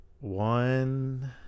One